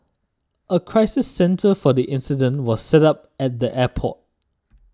a crisis centre for the incident was set up at the airport